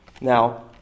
Now